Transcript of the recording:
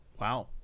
Wow